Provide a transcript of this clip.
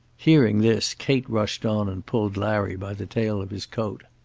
hearing this, kate rushed on and pulled larry by the tail of his coat.